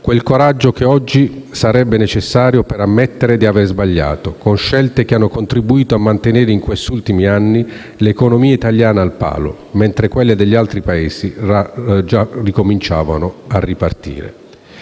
quel coraggio che oggi sarebbe necessario per ammettere di aver sbagliato, con scelte che hanno contribuito a mantenere in questi ultimi anni l'economia italiana al palo, mentre quelle degli altri Paesi già ricominciavano a marciare.